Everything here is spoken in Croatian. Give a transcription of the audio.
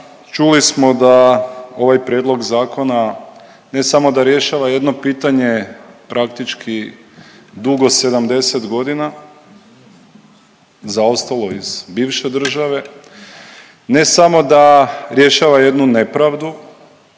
čuli smo da ovaj prijedlog zakona ne samo da rješava jedno pitanje praktički dugo 70 godina zaostalo iz bivše države, ne samo da rješava jednu nepravdu,